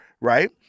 right